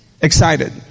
excited